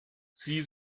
sie